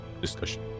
discussion